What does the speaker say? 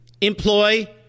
employ